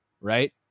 right